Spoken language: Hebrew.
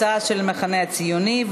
הצעה של המחנה הציוני,